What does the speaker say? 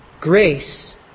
grace